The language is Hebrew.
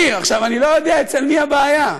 עכשיו, אני לא יודע אצל מי הבעיה,